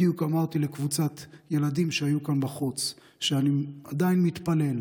בדיוק אמרתי לקבוצת ילדים שהיו כאן בחוץ שאני עדיין מתפלל,